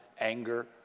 anger